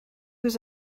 was